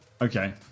okay